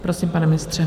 Prosím, pane ministře.